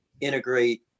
integrate